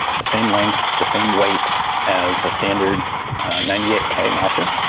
the same length, the same weight as a standard ninety eight k mauser.